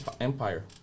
empire